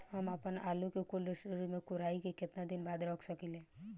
हम आपनआलू के कोल्ड स्टोरेज में कोराई के केतना दिन बाद रख साकिले?